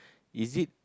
is it